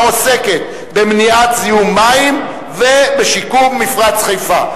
העוסקת במניעת זיהום מים ובשיקום מפרץ חיפה.